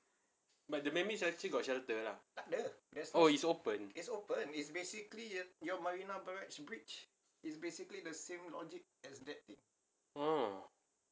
but the man made structure got shelter lah oh is open orh